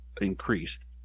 increased